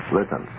Listen